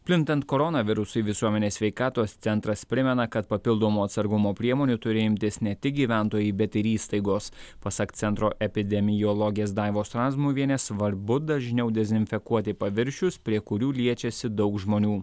plintant koronavirusui visuomenės sveikatos centras primena kad papildomų atsargumo priemonių turi imtis ne tik gyventojai bet ir įstaigos pasak centro epidemiologės daivos razmuvienės svarbu dažniau dezinfekuoti paviršius prie kurių liečiasi daug žmonių